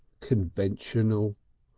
conventional.